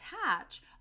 attach